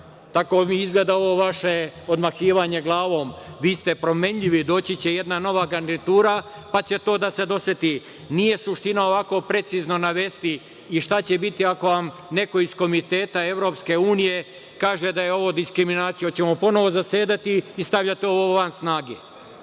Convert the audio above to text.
Tako mi izgleda ovo vaše odmahivanje glavom, vi ste promenjivi, doći će jedna nova garnitura, pa će to da se doseti, nije suština ovako precizno navesti. I šta će biti ako vam neko iz Komiteta EU kaže da je ovo diskriminacija? Hoćemo ponovo zasedati i stavljati ovo van snage?